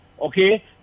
Okay